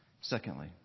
Secondly